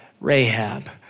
Rahab